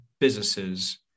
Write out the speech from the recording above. businesses